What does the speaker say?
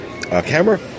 camera